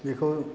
बेखौ